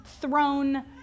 thrown